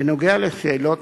בנוגע לשאלות